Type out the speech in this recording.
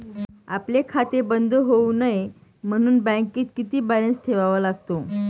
आपले खाते बंद होऊ नये म्हणून बँकेत किती बॅलन्स ठेवावा लागतो?